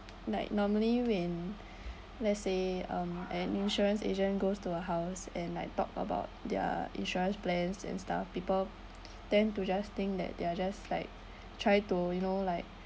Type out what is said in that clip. like normally when let's say um an insurance agent goes to a house and like talk about their insurance plans and stuff people tend to just think that they are just like try to you know like